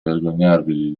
vergognarvi